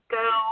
go